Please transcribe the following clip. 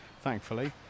Thankfully